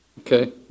Okay